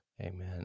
Amen